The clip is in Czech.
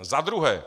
Za druhé.